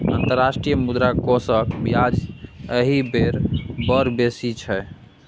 अंतर्राष्ट्रीय मुद्रा कोषक ब्याज एहि बेर बड़ बेसी छै